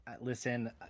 Listen